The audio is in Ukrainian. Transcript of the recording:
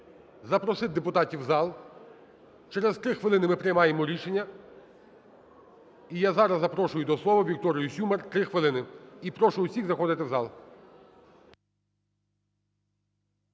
запросити депутатів в зал, через 3 хвилини ми приймаємо рішення. І я зараз запрошую до слова Вікторію Сюмар. 3 хвилини. І прошу всіх заходити в зал.